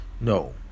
No